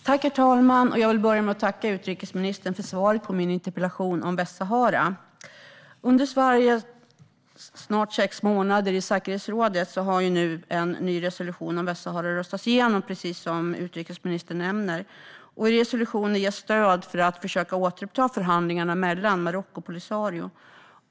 Herr talman! Jag vill börja med att tacka utrikesministern för svaret på min interpellation om Västsahara. Under Sveriges snart sex månader i säkerhetsrådet har en ny resolution om Västsahara röstats igenom, precis som utrikesministern nämner. I resolutionen ges stöd för att försöka återuppta förhandlingarna mellan Marocko och Polisario.